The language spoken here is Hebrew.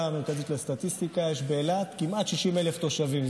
המרכזית לסטטיסטיקה יש באילת כמעט 60,000 תושבים.